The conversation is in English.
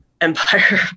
empire